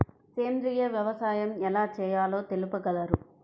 సేంద్రీయ వ్యవసాయం ఎలా చేయాలో తెలుపగలరు?